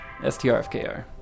STRFKR